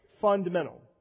Fundamental